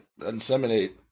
inseminate